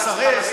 לסרס,